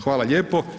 Hvala lijepo.